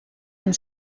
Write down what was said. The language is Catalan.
ens